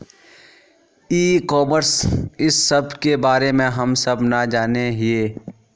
ई commerce इस सब के बारे हम सब ना जाने हीये?